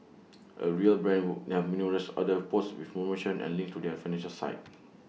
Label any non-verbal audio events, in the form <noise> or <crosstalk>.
A real brand would <unintelligible> numerous other posts with promotions and links to their <unintelligible> site